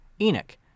Enoch